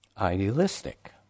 idealistic